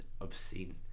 obscene